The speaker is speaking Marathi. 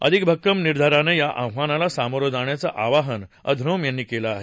अधिक भक्कम निर्धारानं या आव्हानाला सामोरं जाण्याचं आवाहन अधनोम यांनी केलं आहे